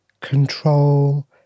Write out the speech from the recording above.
control